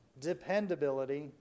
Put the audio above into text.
dependability